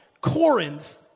Corinth